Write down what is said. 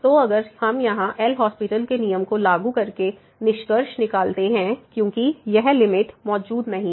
तो अगर हम यहाँ एल हास्पिटल LHospital के नियम को लागू करके निष्कर्ष निकालते है क्योंकि यह लिमिट मौजूद नहीं है